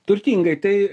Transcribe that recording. turtingai tai